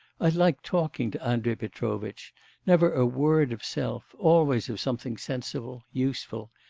i like talking to andrei petrovitch never a word of self, always of something sensible, useful.